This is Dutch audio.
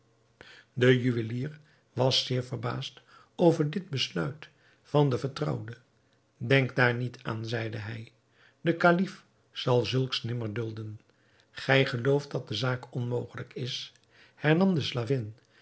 de juwelier was zeer verbaasd over dit besluit van de vertrouwde denk daar niet aan zeide hij de kalif zal zulks nimmer dulden gij gelooft dat de zaak onmogelijk is hernam de slavin